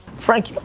frank,